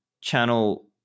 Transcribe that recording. channel